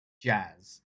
jazz